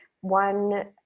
one